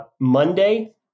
Monday